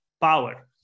power